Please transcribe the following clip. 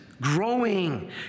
growing